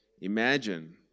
Imagine